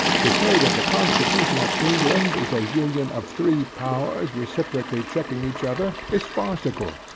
to say that the constitution of england is a union of three powers reciprocally checking each other, is farcical,